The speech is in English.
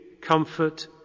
comfort